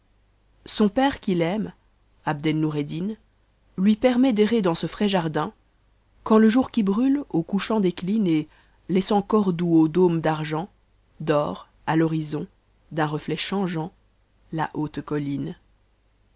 son père qui faime abd en nur ed din lui permet d'errer dans ce irais jardin quand le jour qui hrme au couchant décline et laissant cerdoue aux dômes d'argent dore à l'horizon d anreuet changeant la haute coïhne